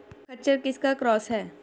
खच्चर किसका क्रास है?